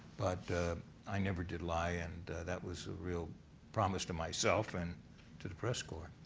but i never did lie and that was a real promise to myself and to the press corp.